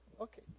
Okay